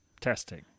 Testing